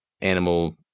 animal